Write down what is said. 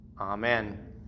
Amen